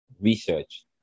research